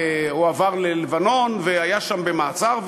הועבר ללבנון והיה שם במעצר,